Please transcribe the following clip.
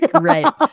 Right